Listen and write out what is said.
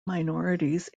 minorities